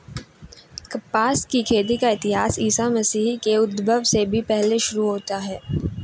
कपास की खेती का इतिहास ईसा मसीह के उद्भव से भी पहले शुरू होता है